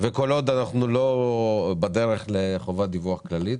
- וכל עוד אנחנו לא בדרך לחובת דיווח כללית,